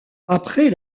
après